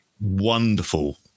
wonderful